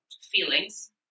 feelings